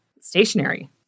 stationary